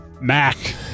MAC